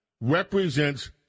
represents